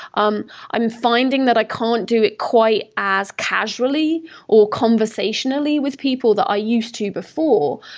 um i'm finding that i can't do it quite as casually or conversationally with people that i used to before,